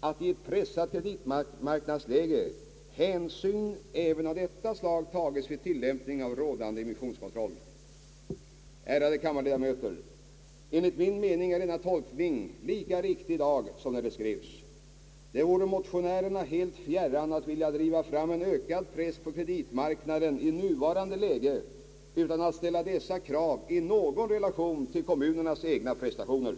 att i ett pressat kreditmarknadsläge hänsyn även av detta slag tages vid tillämpningen av rådande emissionskontroll.> Ärade kammarledamöter! Enligt min mening är denna tolkning lika riktig i dag som när det skrevs. Det vore motionärerna helt fjärran att vilja driva fram en ökad press på kreditmarknaden i nuvarande läge utan att ställa dessa krav i någon relation till kommunernas egna prestationer.